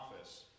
office